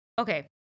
okay